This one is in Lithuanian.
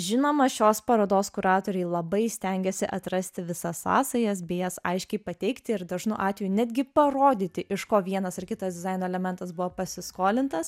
žinoma šios parodos kuratoriai labai stengiasi atrasti visas sąsajas bei jas aiškiai pateikti ir dažnu atveju netgi parodyti iš ko vienas ar kitas dizaino elementas buvo pasiskolintas